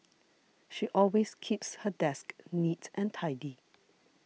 she always keeps her desk neat and tidy